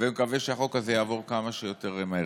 ומקווה שהחוק הזה יעבור כמה שיותר מהר.